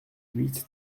huit